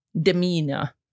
demeanor